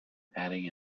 adding